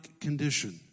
condition